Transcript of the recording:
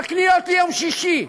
בקניות יום שישי,